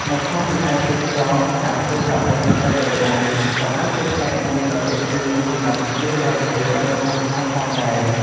នៅក្នុងវិស័យទេសចរណ៍ ការធ្វើកៅអីឫស្សីដោយដៃ ក៏អាចជាផ្នែកមួយដ៏ទាក់ទាញសម្រាប់ភ្ញៀវបរទេសដែលមកទស្សនាផងដែរ។